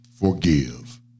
forgive